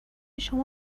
شما